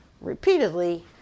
repeatedly